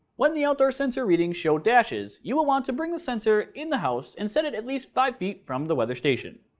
when the outdoor sensor readings show dashes you will want to bring the sensor in the house and set it at least five feet from the weather station.